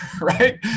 right